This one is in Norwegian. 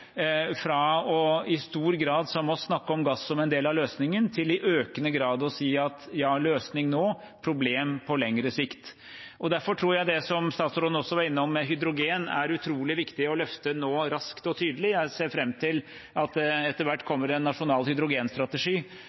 fra i stor grad å snakke om gass som en del av løsningen til i økende grad å si at – ja, løsning nå, problem på lengre sikt. Derfor tror jeg det som statsråden også var innom, hydrogen, er utrolig viktig å løfte raskt og tydelig nå. Jeg ser fram til at det etter hvert kommer en nasjonal hydrogenstrategi,